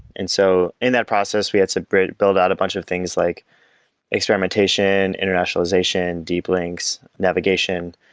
and so in that process, we had to build build out a bunch of things like experimentation, internationalization, deep links, navigation,